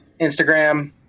Instagram